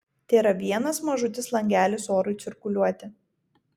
tėra vienas mažutis langelis orui cirkuliuoti